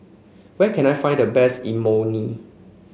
where can I find the best Imoni